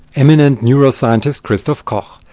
eminent neuroscientist christof koch.